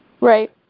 Right